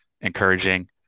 encouraging